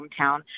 hometown